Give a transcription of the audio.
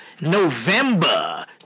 November